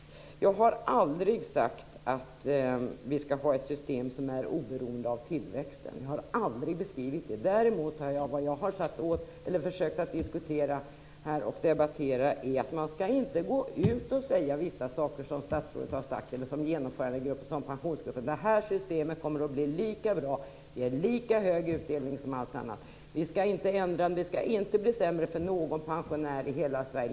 Jag har aldrig sagt att vi skall ha ett system som är oberoende av tillväxten. Jag har aldrig beskrivit det. Däremot har jag försökt att diskutera och debattera här att man inte skall gå ut och säga vissa saker. Statsrådet, Genomförandegruppen och pensionsarbetsgruppen har sagt att det här systemet kommer att bli lika bra och ge lika hög utdelning som allt annat och att man inte skall ändra så att det blir sämre för någon pensionär i hela Sverige.